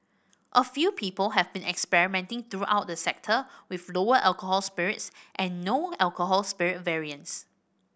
a few people have been experimenting throughout the sector with lower alcohol spirits and no alcohol spirit variants